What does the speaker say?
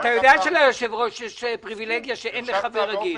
אתה יודע שליושב-ראש יש פריווילגיה שאין לחבר רגיל.